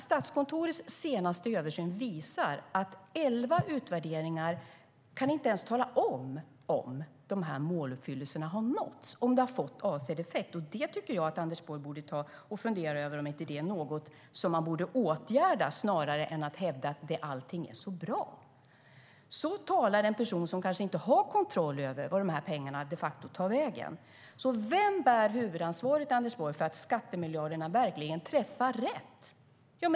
Statskontorets senaste översyn visar att elva utvärderingar inte ens kan säga om målen har nåtts och om det fått avsedd effekt. Anders Borg borde fundera över om inte det är något som man borde åtgärda snarare än att hävda att allting är så bra. Så talar en person som kanske inte har kontroll över vart pengarna de facto tar vägen. Vem bär huvudansvaret, Anders Borg, för att skattemiljarderna verkligen träffar rätt?